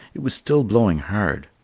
it was still blowing hard.